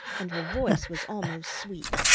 and her voice was almost sweet.